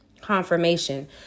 confirmation